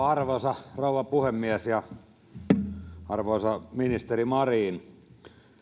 arvoisa rouva puhemies arvoisa ministeri marin